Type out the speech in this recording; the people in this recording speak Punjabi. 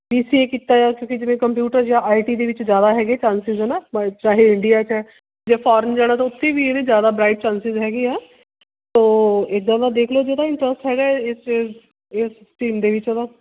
ਬੀ ਸੀ ਏ ਕੀਤਾ ਆ ਕਿਉਂਕਿ ਜਿਵੇਂ ਕੰਪਿਊਟਰ ਜਾਂ ਆਈ ਟੀ ਦੇ ਵਿੱਚ ਜ਼ਿਆਦਾ ਹੈਗੇ ਚਾਂਨਸਸ ਹੈ ਨਾ ਵਰਲਡ ਚਾਹੇ ਇੰਡੀਆ ਵਿੱਚ ਆ ਜਾਂ ਫੌਰਨ ਜਾਣਾ ਤਾਂ ਉੱਥੇ ਵੀ ਇਹਦੇ ਜ਼ਿਆਦਾ ਬ੍ਰਾਈਟ ਚਾਂਨਸਸ ਹੈਗੇ ਆ ਸੋ ਇੱਦਾਂ ਦਾ ਦੇਖ ਲਓ ਜੇ ਉਹਦਾ ਇੰਨਟਰਸਟ ਹੈਗਾ ਹੈ ਇਸ 'ਚ ਇਸ ਸਟ੍ਰੀਮ ਦੇ ਵਿੱਚ ਉਸਦਾ